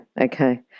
okay